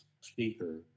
speaker